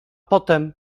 potem